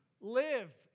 live